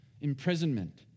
imprisonment